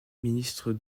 ministre